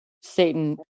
Satan